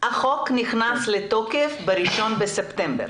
החוק נכנס לתוקף ב-1 בספטמבר.